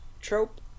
trope